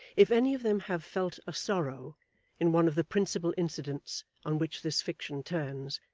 if any of them have felt a sorrow in one of the principal incidents on which this fiction turns,